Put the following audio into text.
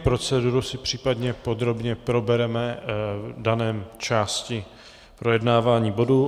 Proceduru si případně podrobně probereme v dané části projednávání bodů.